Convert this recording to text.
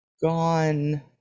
gone